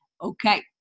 Okay